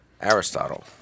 Aristotle